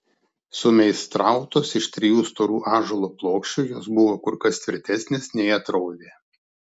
sumeistrautos iš trijų storų ąžuolo plokščių jos buvo kur kas tvirtesnės nei atrodė